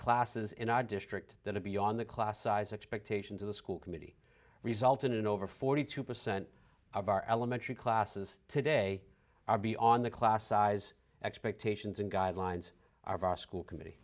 classes in our district that are beyond the class size expectations of the school committee resulted in over forty two percent of our elementary classes today are be on the class size expectations and guidelines our school committee